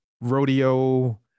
rodeo